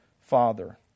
father